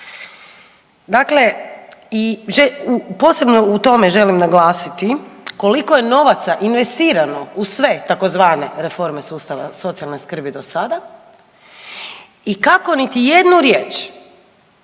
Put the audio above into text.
Dakle, posebno u tome želim naglasiti koliko je novaca investirano u sve tzv. reforme sustava socijalne skrbi do sada i kako niti jednu riječ